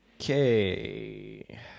Okay